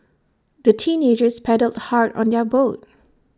the teenagers paddled hard on their boat